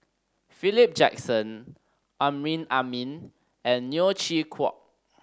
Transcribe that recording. Philip Jackson Amrin Amin and Neo Chwee Kok